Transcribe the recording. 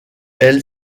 elle